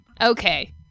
Okay